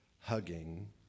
hugging